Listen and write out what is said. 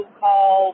call